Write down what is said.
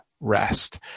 rest